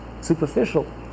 superficial